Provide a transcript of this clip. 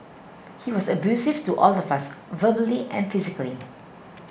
he was abusive to all of us verbally and physically